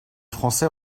français